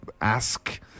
ask